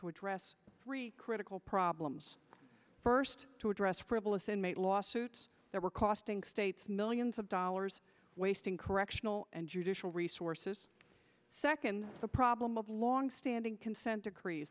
to address three critical problems first to address frivolous inmate lawsuits that were costing states millions of dollars wasting correctional and judicial resources second the problem of longstanding consent decree